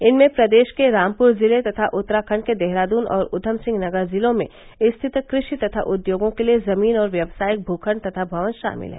इनमें प्रदेश के रामपूर जिले तथा उत्तराखंड के देहरादून और ऊधम सिंह नगर जिलों में स्थित कृषि तथा उद्योगों के लिए जमीन और व्यावसायिक भूखंड तथा भवन शामिल हैं